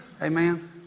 Amen